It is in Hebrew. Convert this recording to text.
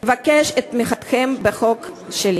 אבקש את תמיכתכם בחוק שלי.